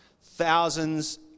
Thousands